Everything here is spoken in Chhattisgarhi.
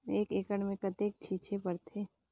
एक एकड़ मे कतेक छीचे पड़थे?